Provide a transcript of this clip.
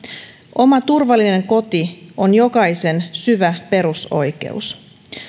oma turvallinen koti on jokaisen syvä perusoikeus